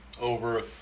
over